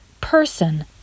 person